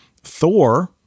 Thor